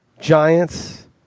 Giants